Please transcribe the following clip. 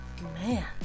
Man